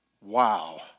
Wow